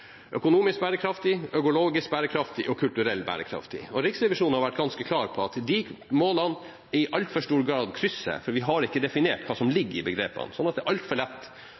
økonomisk bærekraftig, økologisk bærekraftig og kulturelt bærekraftig. Riksrevisjonen har vært ganske klar på at disse målene i altfor stor grad krysser, for vi har ikke definert hva som ligger i begrepene. Så det er altfor lett